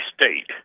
state